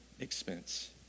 expense